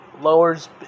lowers